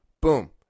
boom